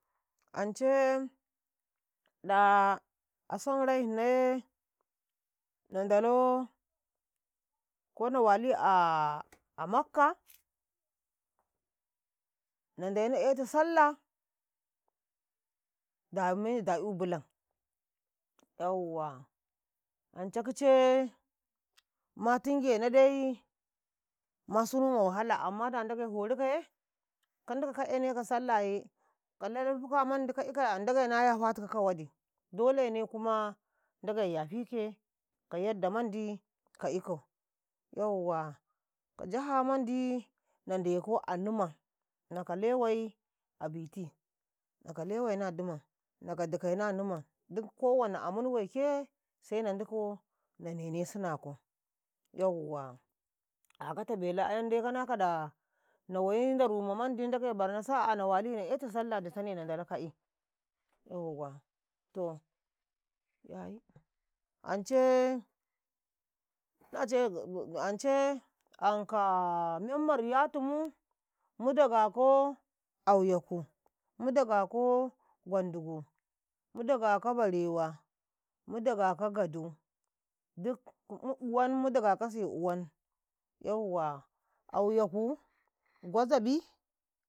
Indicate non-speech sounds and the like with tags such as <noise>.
﻿an cee da ason rai hnai ye na dalo ko na wali aaa makka na deni 'ye to sallah da meyi da'yu bulan 'yauwa anca kicai ma tingenadai ma sunuta wahala amman da Ndage ikaye kan ndikau ka aneka sallah ye aka laifufuka mandi kaikau Ndage na yafatika ka wadi dolene kuma Ndage yafeke ka yadda mandi ka ikau yauwa ka 'jaha mandi nan Ndeka a Numan, naka lewai a biti. Naka, lewainau a Numan, naka dikainau a numa giɗ kowane amun waike sai na dikau na nene suna ko. yauwa akata belu a yandai kana ka da nawai ndaru ma mandi Ndagai barnau sa ah na wali na 'yatu sallah ditane nan ndala ka'i. <unintelligible> ance ance <hesitation> ankaaaa men ma riyatumu, mu daga ka auyaku, mu dagako gwandugo, mu dagako bare wa, mudagako gadu giɗ uwan mu daga kase uwan <unintelligible> auyaku gwazaƃi.